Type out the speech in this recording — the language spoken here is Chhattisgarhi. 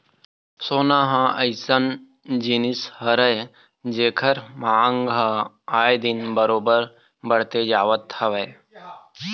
सोना ह अइसन जिनिस हरय जेखर मांग ह आए दिन बरोबर बड़ते जावत हवय